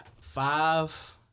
Five